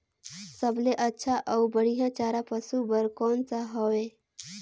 सबले अच्छा अउ बढ़िया चारा पशु बर कोन सा हवय?